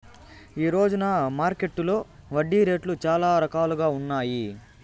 ఈ రోజున మార్కెట్టులో వడ్డీ రేట్లు చాలా రకాలుగా ఉన్నాయి